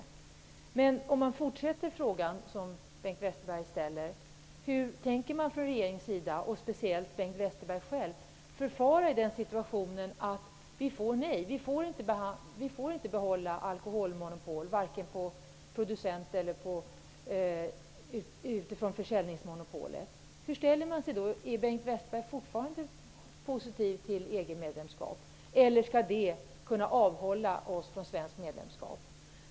Jag skulle också vilja fortsätta den tankegång som Bengt Westerberg var inne på: Hur tänker regeringen och speciellt Bengt Westerberg själv förfara om vi får ett nej, om vi inte får behålla vare sig alkoholmonopolet på producentsidan eller försäljningsmonopolet? Är Bengt Westerberg då fortfarande positiv till ett EG-medlemskap eller skall detta kunna avhålla oss från ett svenskt medlemskap?